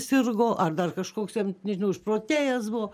sirgo ar dar kažkoks jam nežinau išprotėjęs buvo